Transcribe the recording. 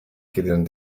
gideon